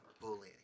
bullying